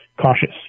cautious